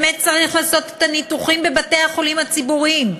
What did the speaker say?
באמת צריך לעשות את הניתוחים בבתי-החולים הציבוריים.